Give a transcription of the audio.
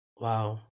Wow